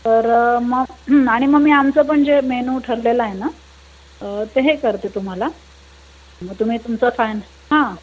तर मग आणि मग मी आमचं पण जे मेनू ठरलेलं आहे नं ते हे करते तुम्हाला मग तुम्ही तुमचं फायन हां